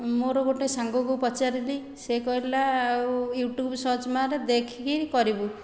ମୋର ଗୋଟିଏ ସାଙ୍ଗକୁ ପଚାରିଲି ସେ କହିଲା ଆଉ ୟୁଟ୍ୟୁବ ସର୍ଚ୍ଚ ମାରେ ଦେଖି କରି କରିବୁ